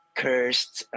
cursed